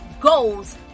goals